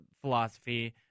philosophy